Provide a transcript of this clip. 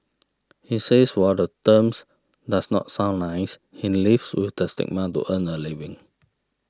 he says while the terms does not sound nice he lives with the stigma to earn a living